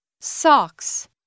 Socks